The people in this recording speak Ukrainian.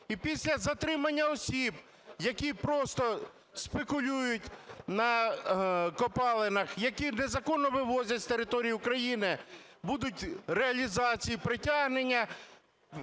І після затримання осіб, які просто спекулюють на копалинах, які незаконно вивозять з території України, будуть реалізації притягнення,